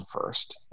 first